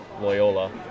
Loyola